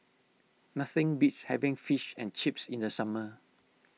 nothing beats having Fish and Chips in the summer